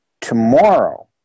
Tomorrow